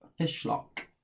Fishlock